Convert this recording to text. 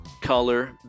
color